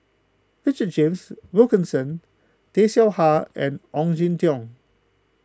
Richard James Wilkinson Tay Seow Huah and Ong Jin Teong